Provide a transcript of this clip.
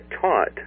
taught